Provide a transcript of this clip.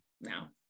now